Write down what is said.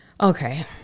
okay